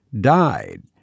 died